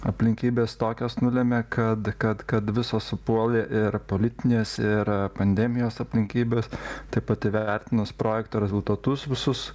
aplinkybės tokios nulėmė kad kad kad visos supuolė ir politinės ir pandemijos aplinkybės taip pat įvertinus projekto rezultatus visus